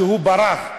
שברח,